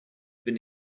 been